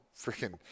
freaking